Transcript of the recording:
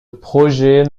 projet